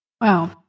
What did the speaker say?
Wow